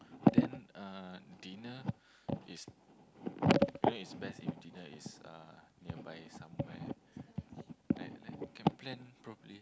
then uh dinner is you know it's best if dinner is uh nearby somewhere like like can plan properly